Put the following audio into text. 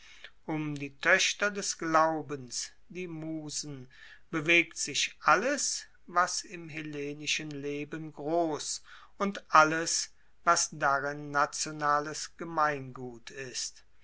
um die toechter des glaubens die musen bewegt sich alles was im hellenischen leben gross und alles was darin nationales gemeingut ist